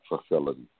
facility